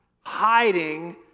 hiding